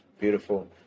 beautiful